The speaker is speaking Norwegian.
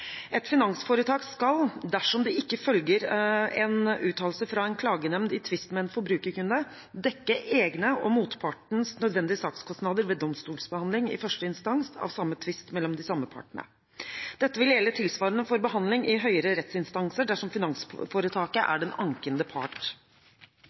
Et finansforetak skal, dersom det ikke følger en uttalelse fra en klagenemnd i tvist med en forbrukerkunde, dekke egne og motpartens nødvendige sakskostnader ved domstolsbehandling i første instans av samme tvist mellom de samme partene. Dette vil gjelde tilsvarende for behandling i høyere rettsinstanser dersom finansforetaket